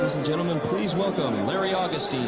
and gentlemen, please welcome larry ah augustin.